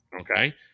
Okay